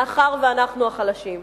מאחר שאנחנו החלשים.